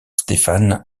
stéphane